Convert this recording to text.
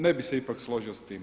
Ne bih se ipak složio s tim.